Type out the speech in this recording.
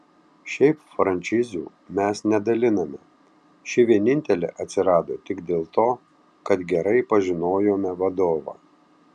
šiaip frančizių mes nedaliname ši vienintelė atsirado tik dėl to kad gerai pažinojome vadovą